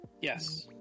Yes